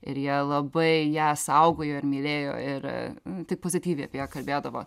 ir jie labai ją saugojo ir mylėjo ir tik pozityviai apie ją kalbėdavo